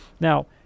Now